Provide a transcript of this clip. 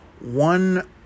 One